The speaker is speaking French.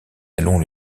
allons